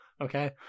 Okay